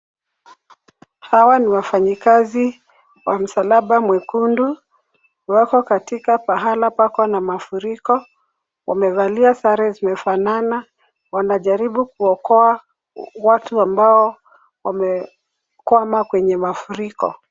Hawa ni wafanyikazi wa msalaba mwekundu, wako katika pahala pako na mafuriko. Wamevalia sare zimefanana, wanajaribu kuokoa watu ambao wamekwama kwenye mafuriko.